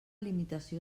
limitació